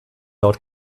laut